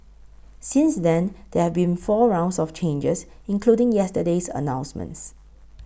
since then there have been four rounds of changes including yesterday's announcements